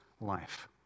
life